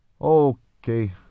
okay